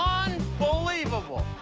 um unbelievable.